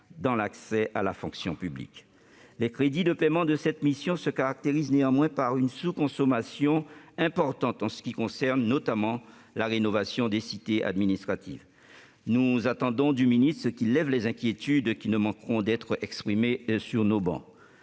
dans l'accès à la fonction publique. Les crédits de paiement de cette mission se caractérisent néanmoins par une sous-consommation importante, notamment s'agissant de la rénovation des cités administratives. Nous attendons que le ministre lève les inquiétudes qui ne manqueront pas de s'exprimer sur nos travées.